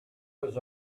was